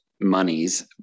monies